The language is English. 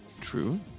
True